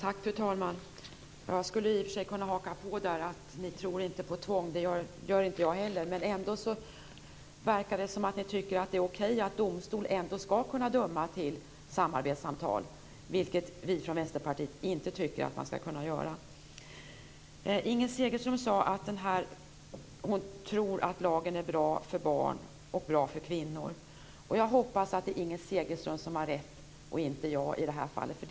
Fru talman! Jag skulle kunna haka på där: Ni tror inte på tvång, och det gör inte jag heller. Ändå verkar ni tycka att det är okej att domstol skall kunna döma till samarbetssamtal, vilket vi från Vänsterpartiet inte tycker. Inger Segelström trodde att lagen är bra för barn och för kvinnor. Jag hoppas att det är Inger Segelström som har rätt i det här fallet och inte jag.